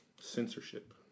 censorship